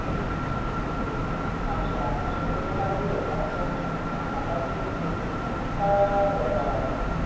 ᱟᱪᱪᱷᱟ ᱟᱪᱪᱷᱟ ᱚᱱᱮ ᱚᱱᱟ ᱤᱭᱟᱹ ᱡᱟᱦᱟᱸ ᱠᱚ ᱢᱟᱱᱮ ᱡᱟᱦᱟᱸ ᱯᱟᱛᱟ ᱵᱤᱰᱟᱹᱢ ᱞᱟᱹᱭᱠᱮᱫ ᱚᱱᱟ ᱫᱚ ᱚᱠᱟ ᱡᱟᱭᱜᱟ ᱨᱮ ᱦᱩᱭᱩᱜᱼᱟ